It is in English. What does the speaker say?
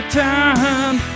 time